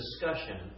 discussion